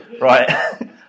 Right